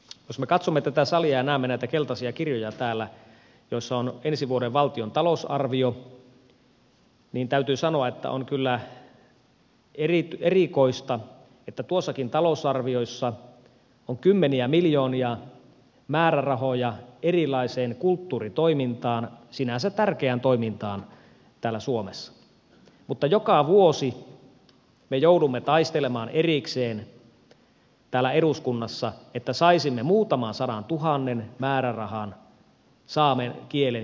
jos me katsomme tätä salia ja näemme näitä keltaisia kirjoja täällä joissa on ensi vuoden valtion talousarvio niin täytyy sanoa että on kyllä erikoista että tuossakin talousarviossa on kymmeniä miljoonia määrärahoja erilaiseen kulttuuritoimintaan sinänsä tärkeään toimintaan täällä suomessa mutta joka vuosi me joudumme taistelemaan erikseen täällä eduskunnassa että saisimme muutaman sadantuhannen määrärahan saamen kielen kielipesien toimintaan